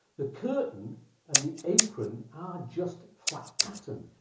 the curtain and the apron are just flat pattern.